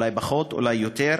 אולי פחות ואולי יותר,